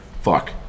fuck